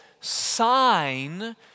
sign